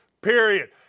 period